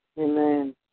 Amen